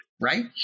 Right